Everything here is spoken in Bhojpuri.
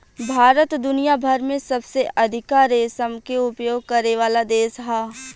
भारत दुनिया भर में सबसे अधिका रेशम के उपयोग करेवाला देश ह